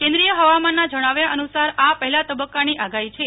કેન્દ્રીય હવામાનના જણાવ્યા અનુસાર આ પહેલા તબક્કાની આગાહી છે